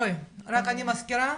רק אני מזכירה